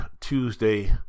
Tuesday